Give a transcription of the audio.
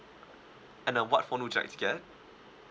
and uh what phone would you like to get